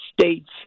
states